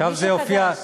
האיש החדש.